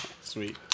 Sweet